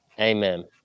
Amen